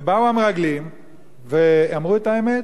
ובאו המרגלים ואמרו את האמת.